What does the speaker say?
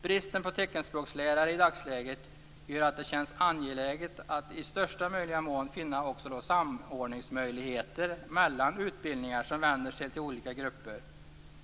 Bristen på teckenspråkslärare i dagsläget gör att det känns angeläget att i största möjliga mån finna samordningsmöjligheter mellan utbildningar som vänder sig till olika grupper.